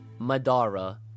Madara